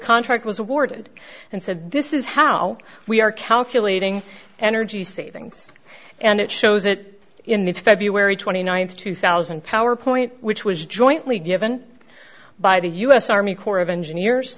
contract was awarded and said this is how we are calculating energy savings and it shows it in the feb twenty ninth two thousand power point which was jointly given by the us army corps of engineers